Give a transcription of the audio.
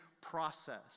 process